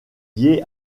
liés